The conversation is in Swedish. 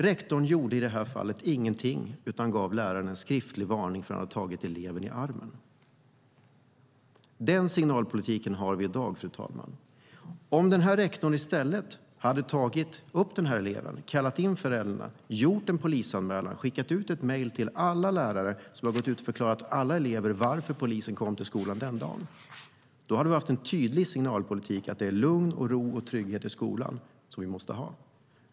Rektorn gjorde i det här fallet ingenting utan gav läraren en skriftlig varning för att han tagit eleven i armen. Den signalpolitiken har vi i dag, fru talman. Om rektorn i stället hade tagit ut eleven, kallat in föräldrarna, gjort en polisanmälan, skickat ut ett mejl till alla lärare som förklarade för alla elever varför polisen kom till skolan den dagen, då hade det varit en tydlig signal om att det är lugn, ro och trygghet i skolan som vi måste ha.